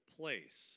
place